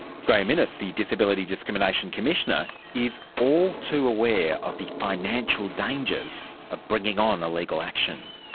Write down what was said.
graeme innes, the disability discrimination commissioner, is all too aware of the financial dangers of bringing on a legal action.